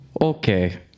okay